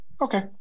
Okay